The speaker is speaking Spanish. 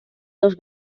dos